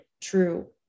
true